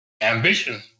ambition